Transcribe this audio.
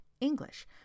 English